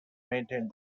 maintained